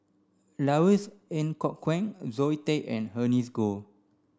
Louis Ng Kok Kwang Zoe Tay and Ernest Goh